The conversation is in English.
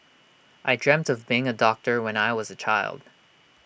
I dreamt of becoming A doctor when I was A child